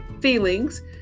feelings